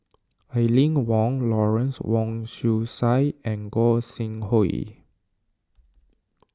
Aline Wong Lawrence Wong Shyun Tsai and Gog Sing Hooi